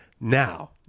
Now